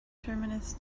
terminus